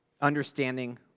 understanding